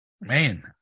Man